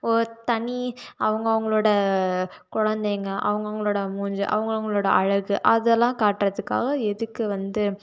ஓ தனி அவுங்கவங்களோட குழந்தைங்க அவுங்கவங்களோட மூஞ்சி அவுங்கவங்களோட அழகு அதெல்லாம் காட்டுறதுக்காக எதுக்கு வந்து